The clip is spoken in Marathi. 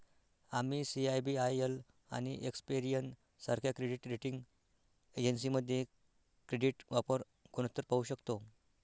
आम्ही सी.आय.बी.आय.एल आणि एक्सपेरियन सारख्या क्रेडिट रेटिंग एजन्सीमध्ये क्रेडिट वापर गुणोत्तर पाहू शकतो